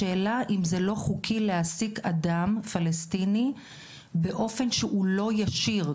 השאלה אם זה לא חוקי להעסיק אדם פלסטיני באופן שהוא לא ישיר,